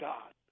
God